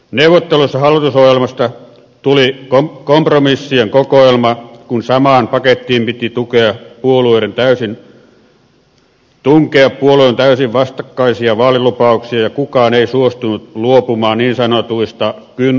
neuvotteluissa hallitusohjelmasta tuli kompromissien kokoelma kun samaan pakettiin piti tunkea puolueiden täysin vastakkaisia vaalilupauksia ja kukaan ei suostunut luopumaan niin sanotuista kynnyskysymyksistään